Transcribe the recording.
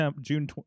June